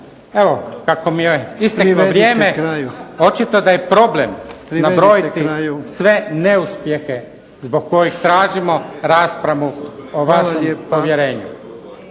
Evo kako mi je isteklo vrijeme očito da je problem nabrojiti sve neuspjehe zbog kojih tražimo raspravu o vašem povjerenju.